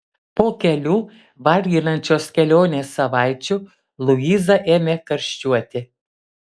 po kelių varginančios kelionės savaičių luiza ėmė karščiuoti